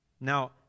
Now